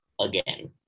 again